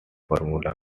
formula